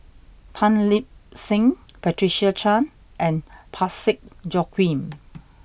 Tan Lip Seng Patricia Chan and Parsick Joaquim